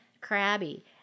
crabby